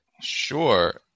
Sure